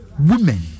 women